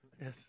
Yes